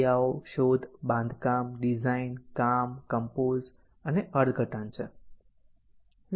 ક્રિયાઓ શોધ બાંધકામ ડિઝાઇન કામ કંપોઝ અને અર્થઘટન છે